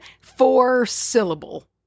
four-syllable